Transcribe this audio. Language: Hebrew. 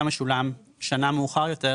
להאריך,